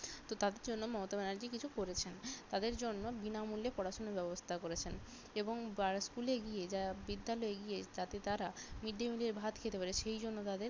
তো তাদের জন্য মমতা ব্যানার্জি কিছু করেছেন তাদের জন্য বিনামূল্যে পড়াশোনার ব্যবস্থা করেছেন এবং পাড়ার স্কুলে গিয়ে যা বিদ্যালয়ে গিয়ে যাতে তারা মিড ডে মিলের ভাত খেতে পারে সেই জন্য তাদের